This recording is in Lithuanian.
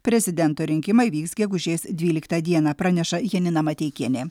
prezidento rinkimai vyks gegužės dvyliktą dieną praneša janina mateikienė